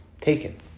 taken